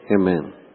Amen